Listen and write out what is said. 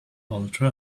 ultra